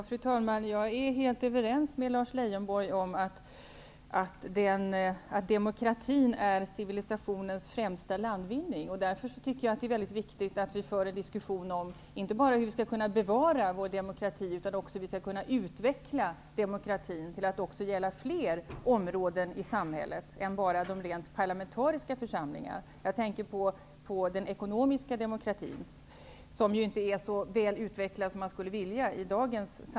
Fru talman! Jag är helt överens med Lars Leijonborg om att demokratin är civilisationens främsta landvinning. Därför tycker jag att det är väldigt viktigt att vi för en diskussion inte bara om hur vi skall kunna bevara vår demokrati utan också om hur vi skall kunna utveckla demokratin till att gälla fler områden i samhället än enbart de parlamentariska församlingarna. Jag tänker på den ekonomiska demokratin, som ju i dagens samhälle inte är så väl utvecklad som man skulle vilja.